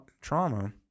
trauma